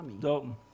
Dalton